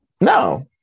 No